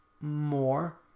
more